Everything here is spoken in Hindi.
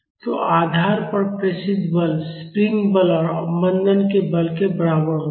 तो आधार पर प्रेषित बल स्प्रिंग बल और अवमंदन बल के बराबर होता है